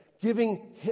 giving